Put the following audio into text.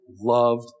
loved